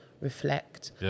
reflect